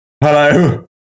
Hello